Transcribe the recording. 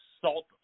salt